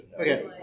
Okay